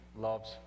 loves